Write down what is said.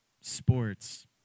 sports